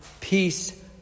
Peace